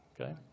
Okay